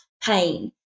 pain